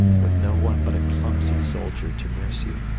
with no one but a clumsy soldier to nurse you,